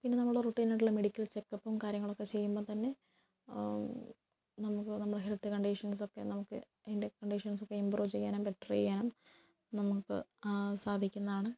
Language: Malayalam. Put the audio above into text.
പിന്നെ നമ്മളുടെ റുട്ടീനായിട്ടുള്ള മെഡിക്കൽ ചെക്കപ്പും കാര്യങ്ങളൊക്കെ ചെയ്യുമ്പം തന്നെ നമുക്ക് നമ്മുടെ ഹെൽത്ത് കണ്ടിഷൻസൊക്കെ നമുക്ക് അതിൻ്റെ കണ്ടിഷൻസൊക്കെ ഇമ്പ്രൂവ് ചെയ്യാനും ബെറ്റർ ചെയ്യാനും നമുക്ക് സാധിക്കുന്നതാണ്